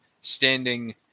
standing